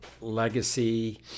legacy